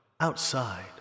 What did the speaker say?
Outside